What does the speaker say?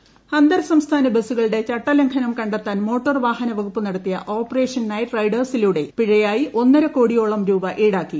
ചട്ടലംഘനം അന്തർ സംസ്ഥാന ബസുകളുടെ ചട്ടലംഘനം കണ്ടെത്താൻ മോട്ടോർ വാഹന വകുപ്പ് നടത്തിയ ഓപ്പറേഷൻ നൈറ്റ് റൈഡേഴ് സിലൂടെ പിഴയായി ഒന്നരക്കോടിയോളം രൂപ ഈടാക്കി